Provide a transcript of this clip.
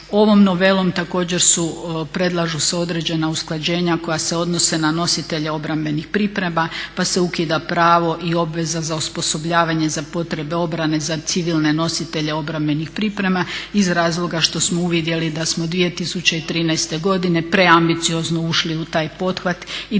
Ovom novelom također se predlažu određena usklađenja koja se odnose na nositelje obrambenih priprema pa se ukida pravo i obveza za osposobljavanje za potrebe obrane za civilne nositelje obrambenih priprema iz razloga što smo uvidjeli da smo 2013. godine preambiciozno ušli u taj pothvat i